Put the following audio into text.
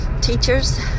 Teachers